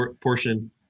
portion